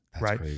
right